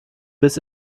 bis